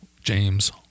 james